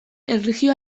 erlijio